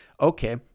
okay